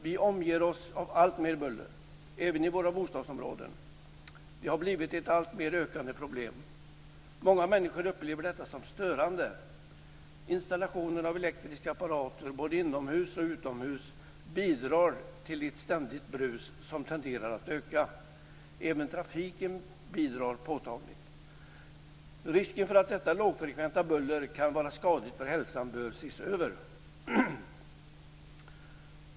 Vi omger oss av alltmer buller även i våra bostadsområden. Det har blivit ett ökande problem. Många människor upplever detta som störande. Installation av elektriska apparater både inomhus och utomhus bidrar till ett ständigt brus som tenderar att öka. Även trafiken bidrar påtagligt. Risken för att detta lågfrekventa buller kan vara skadligt för hälsan bör ses över.